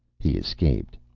he escaped.